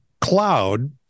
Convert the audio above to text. cloud